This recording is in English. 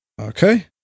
Okay